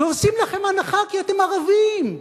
ועושים לכם הנחה כי אתם ערבים,